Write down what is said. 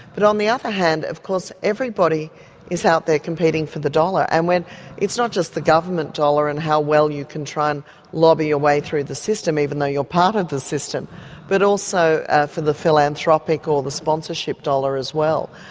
but on the other hand of course, everybody is out there competing for the dollar and it's not just the government dollar and how well you can try and lobby your way through the system, even though you're part of the system but also for the philanthropic or the sponsorship dollar as well.